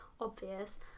obvious